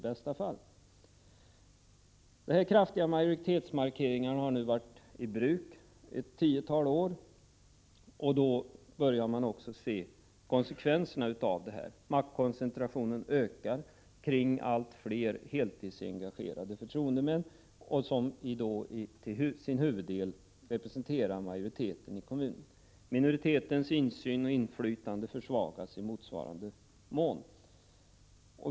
Dessa kraftiga majoritetsmarkeringar har varit i bruk ett tiotal år, och man börjar se konsekvenserna av detta. Maktkoncentrationen ökar kring allt fler heltidsengagerade förtroendemän, som till sin huvuddel representerar majoriteten i kommunerna. Minoritetens insyn och inflytande försvagas i motsvarande mån.